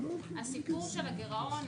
הסיפור של הגירעון,